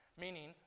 meaning